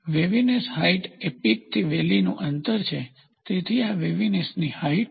waviness height એ peak થી valley નું અંતર છે તેથી આ વેવીનેસ હાઇટ છે